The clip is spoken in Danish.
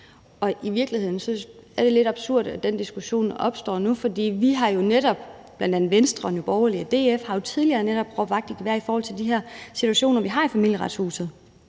Og i virkeligheden er det lidt absurd, at den diskussion opstår nu, for vi – bl.a. Venstre, Nye Borgerlige og DF – har jo tidligere råbt vagt i gevær netop i forhold til de her situationer, vi har i Familieretshuset,